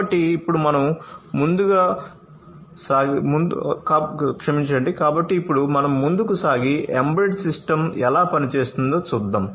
కాబట్టి ఇప్పుడు మనం ముందుకు సాగి ఎంబెడెడ్ సిస్టమ్ ఎలా పనిచేస్తుందో చూద్దాం